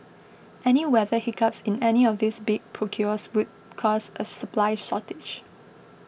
any weather hiccups in any of these big procures would cause a supply shortage